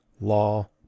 law